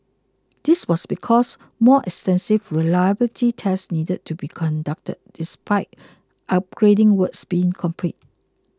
this was because more extensive reliability tests needed to be conducted despite upgrading works being complete